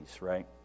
right